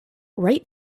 write